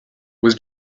was